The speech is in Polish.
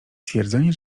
twierdzenie